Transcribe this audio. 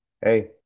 Hey